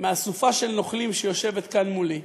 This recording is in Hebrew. מאסופה של נוכלים שיושבת כאן מולי,